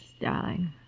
darling